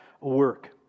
work